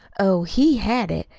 oh, he had it,